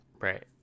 Right